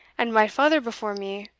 and my father before me,